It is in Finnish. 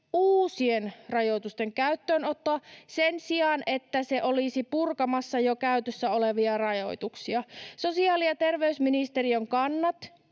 uusien rajoitusten käyttöönottoa sen sijaan, että se olisi purkamassa jo käytössä olevia rajoituksia. Sosiaali‑ ja terveysministeriön kannat